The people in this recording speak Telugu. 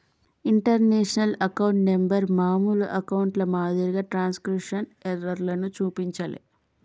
ఇంటర్నేషనల్ అకౌంట్ నంబర్ మామూలు అకౌంట్ల మాదిరిగా ట్రాన్స్క్రిప్షన్ ఎర్రర్లను చూపించలే